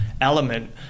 element